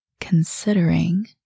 considering